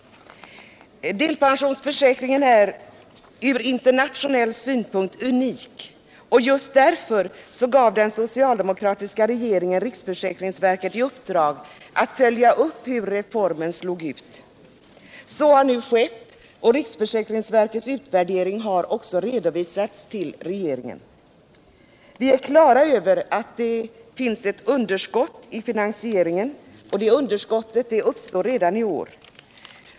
Delpensionsförsäkringen är ur internationell synpunkt unik. Och just därför gav den socialdemokratiska regeringen riksförsäkringsverket i uppdrag att följa upp hur reformen slog ut. Så har nu skett och riksförsäkringsverkets utvärdering har också redovisats till regeringen. Vi är klara över att det finns ett underskott i finansieringen och det underskottet uppstår redan i år.